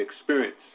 experience